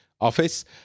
office